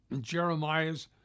Jeremiah's